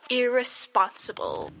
irresponsible